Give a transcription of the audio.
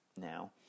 now